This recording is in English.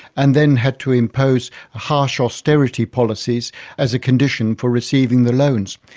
and then had to impose harsh austerity policies as a condition for receiving the loans.